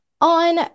on